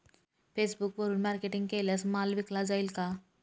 फेसबुकवरुन मार्केटिंग केल्यास माल विकला जाईल का?